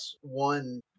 One